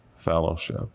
fellowship